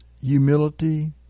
humility